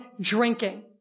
drinking